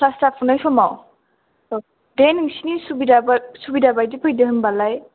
class जाफुनाय समाव दे नोंसोरनि सुबिदा बादि फैदो होनबालाय